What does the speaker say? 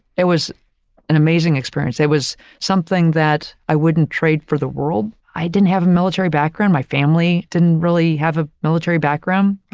it was an amazing experience. it was something that i wouldn't trade for the world. i didn't have a military background. my family didn't really have a military background,